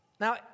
Now